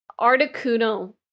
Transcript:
Articuno